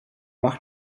mag